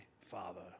father